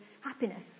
happiness